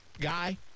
guy